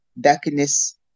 Darkness